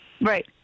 Right